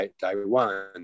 Taiwan